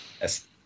Yes